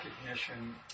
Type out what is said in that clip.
recognition